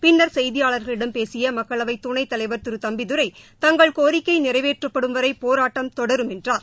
பின்னர் செய்தியாளர்களிடம் பேசிய மக்களவை துணைத்தலைவர் திரு தம்பிதுரை தங்கள் கோரிக்கை நிறைவேற்றப்படும் வரை போராட்டம் தொடரும் என்றார்